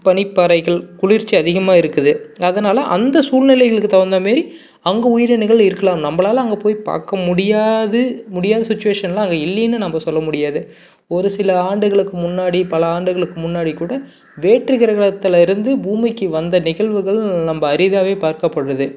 பனிப்பாறைகள் குளிர்ச்சி அதிகமாக இருக்குது அதனால் அந்த சூழ்நிலைகளுக்கு தகுந்த மாரி அங்கே உயிரினங்கள் இருக்கலாம் நம்பளால் அங்கே போய் பார்க்க முடியாது முடியாத சுச்சுவேஷனில் அங்கே இல்லைன்னு நம்ப சொல்ல முடியாது ஒரு சில ஆண்டுகளுக்கு முன்னாடி பல ஆண்டுகளுக்கு முன்னாடி கூட வேற்று கிரகத்திலேருந்து பூமிக்கு வந்த நிகழ்வுகள் நொம்ப அரிதாகவே பார்க்கப்படுது